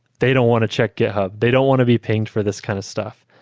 they don't want to check github. they don't want to be pinged for this kind of stuff.